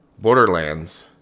borderlands